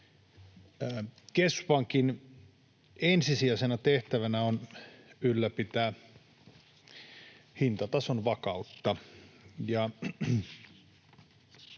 Keskuspankin ensisijaisena tehtävänä on ylläpitää hintatason vakautta